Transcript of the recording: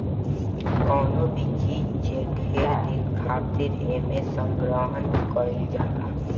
कवनो भी चीज जे ढेर दिन खातिर एमे संग्रहण कइल जाला